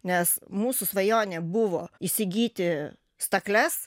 nes mūsų svajonė buvo įsigyti stakles